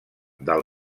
del